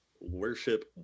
worship